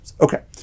okay